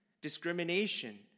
discrimination